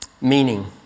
meaning